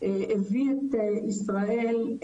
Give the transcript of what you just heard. שהמרכיבים הפעילים שלו ידועים,